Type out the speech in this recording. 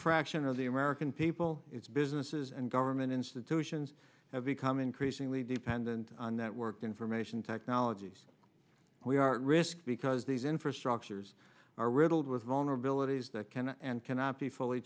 fraction of the american people it's businesses and government institutions have become increasingly dependent on that work information technologies we are at risk because these infrastructures are riddled with vulnerabilities that can and cannot be fully